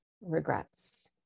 regrets